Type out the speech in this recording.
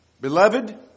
Beloved